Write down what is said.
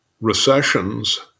recessions